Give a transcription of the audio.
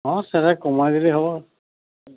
হঁ সেটা কমায় দিলেই হবো